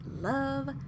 love